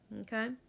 okay